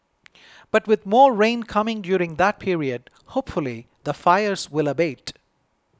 but with more rain coming during that period hopefully the fires will abate